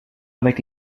avec